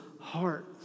heart